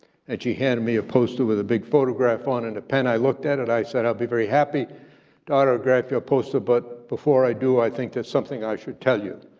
and she handed me a poster with a big photograph on it and a pen. i looked at it. i said, i'll be very happy to autograph your poster, but before i do, i think there's something i should tell you.